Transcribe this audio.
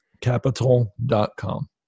capital.com